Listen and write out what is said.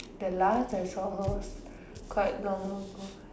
the last I saw her was quite long ago